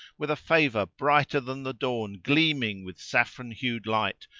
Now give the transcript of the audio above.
with a favour brighter than the dawn gleaming with saffron-hued light,